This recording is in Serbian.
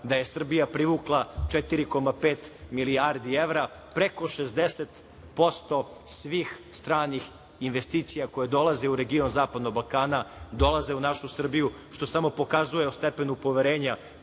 da je Srbija privukla 4,5 milijarde evra. Preko 60% svih stranih investicija koje dolaze u region zapadnog Balkana dolaze u našu Srbiju, što samo pokazuje o stepenu poverenja